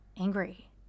angry